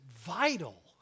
vital